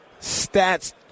stats